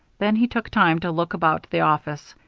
then he took time to look about the office.